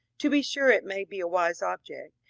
to be sure it may be a wise object,